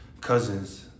Cousins